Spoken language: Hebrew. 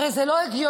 הרי זה לא הגיוני.